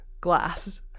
glass